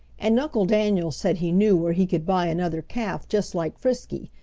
and uncle daniel said he knew where he could buy another calf just like frisky,